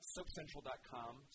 SoapCentral.com